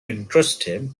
interested